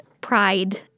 Pride